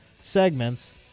segments